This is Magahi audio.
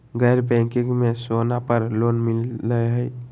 गैर बैंकिंग में सोना पर लोन मिलहई?